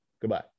Goodbye